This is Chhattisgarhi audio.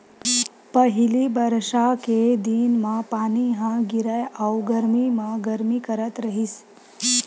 पहिली बरसा के दिन म पानी ह गिरय अउ गरमी म गरमी करथ रहिस